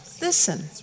listen